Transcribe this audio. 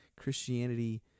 Christianity